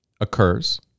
occurs